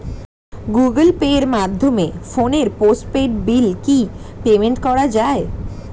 Google পের মাধ্যমে ফোনের পোষ্টপেইড বিল কি পেমেন্ট করা যায়?